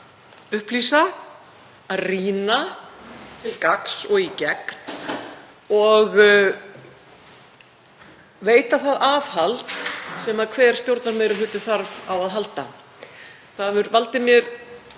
upplýsa, að rýna til gagns og í gegn og veita það aðhald sem hver stjórnarmeirihluti þarf á að halda. Það hefur valdið mér